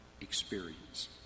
experience